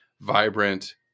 vibrant